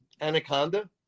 Anaconda